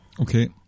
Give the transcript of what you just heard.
okay